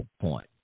point